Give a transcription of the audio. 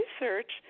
research